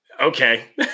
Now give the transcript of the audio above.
Okay